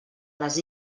les